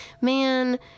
man